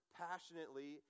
passionately